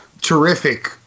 terrific